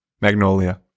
Magnolia